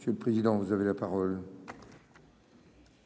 Je le président, vous avez la parole. Merci,